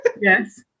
Yes